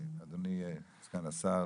אדוני סגן השר,